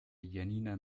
janina